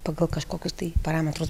pagal kažkokius tai parametrus